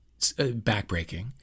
backbreaking